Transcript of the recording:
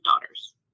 daughters